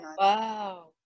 wow